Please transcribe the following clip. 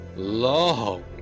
long